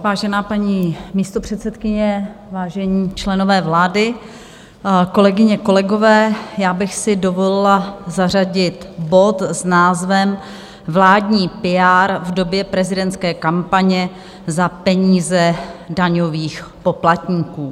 Vážená paní místopředsedkyně, vážení členové vlády, kolegyně, kolegové, já bych si dovolila zařadit bod s názvem Vládní PR v době prezidentské kampaně za peníze daňových poplatníků.